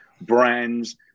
brands